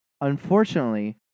Unfortunately